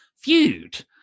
feud